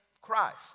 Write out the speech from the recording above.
Christ